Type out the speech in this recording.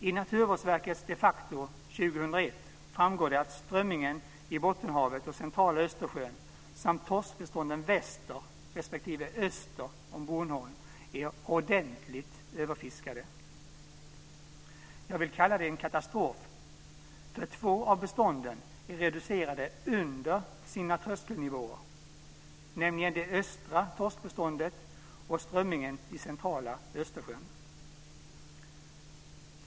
I Naturvårdsverkets de Facto 2001 framgår det att strömmingen i Bottenhavet och centrala Östersjön samt torskbestånden väster respektive öster om Bornholm är ordentligt överfiskade. Jag vill kalla det en katastrof, för två av bestånden är reducerade under sina tröskelnivåer, nämligen det östra torskbeståndet och strömmingen i centrala Östersjön.